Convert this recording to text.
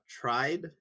tried